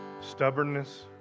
stubbornness